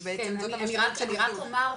כי בעצם זאת המשמעות של עידוד.